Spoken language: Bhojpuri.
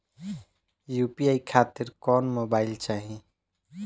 यू.पी.आई खातिर कौन मोबाइल चाहीं?